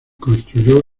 construyó